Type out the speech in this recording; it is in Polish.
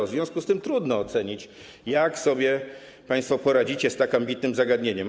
W związku z tym trudno ocenić, jak sobie państwo poradzicie z tak ambitnym zagadnieniem.